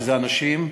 שזה הנשים,